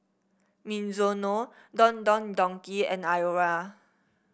Mizuno Don Don Donki and Iora